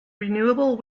renewable